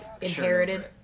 inherited